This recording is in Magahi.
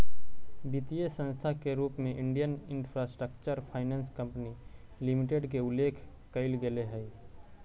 वित्तीय संस्था के रूप में Indian infrastructure finance company limited के उल्लेख कैल गेले हइ